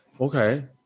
Okay